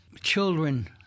children